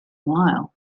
mile